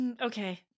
okay